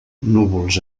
núvols